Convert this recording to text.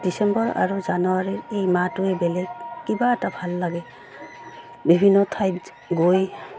ডিচেম্বৰ আৰু জানুৱাৰীৰ এই মাহটোৱে বেলেগ কিবা এটা ভাল লাগে বিভিন্ন ঠাইত গৈ